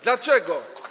Dlaczego?